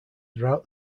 throughout